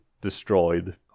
destroyed